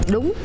Đúng